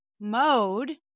mode